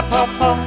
Papa